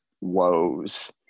woes